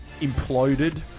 imploded